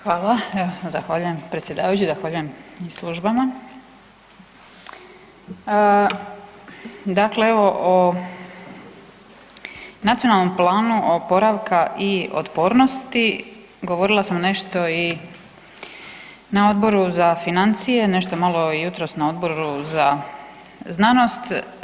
Hvala, zahvaljujem predsjedavajući, zahvaljujem i službama Dakle, evo o Nacionalnom planu oporavka i otpornosti govorila sam nešto i na Odboru za financije, nešto malo i jutros na Odbor za znanost.